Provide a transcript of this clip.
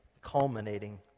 culminating